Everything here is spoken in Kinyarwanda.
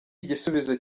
igisubizo